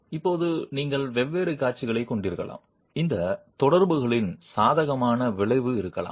இப்போது நீங்கள் வெவ்வேறு காட்சிகளைக் கொண்டிருக்கலாம் இந்த தொடர்புகளின் சாதகமான விளைவு இருக்கலாம்